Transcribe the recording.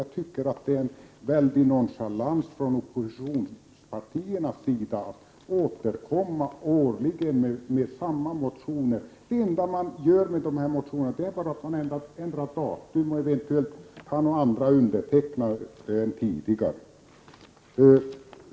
Jag tycker att det är en väldig nonchalans från oppositionspartiernas sida att återkomma årligen med samma motioner. Det enda man gör med dem är att ändra datum och eventuellt ha andra undertecknare än tidigare.